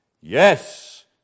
Yes